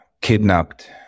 kidnapped